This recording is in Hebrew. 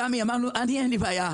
סמי, לי אין בעיה.